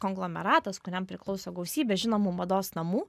konglomeratas kuriam priklauso gausybė žinomų mados namų